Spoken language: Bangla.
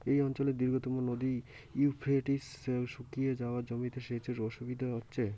এই অঞ্চলের দীর্ঘতম নদী ইউফ্রেটিস শুকিয়ে যাওয়ায় জমিতে সেচের অসুবিধে হচ্ছে